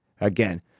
Again